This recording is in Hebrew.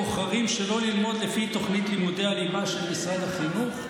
בוחרים שלא ללמוד לפי תוכנית לימודי הליבה של משרד החינוך?